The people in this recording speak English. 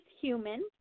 human